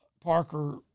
Parker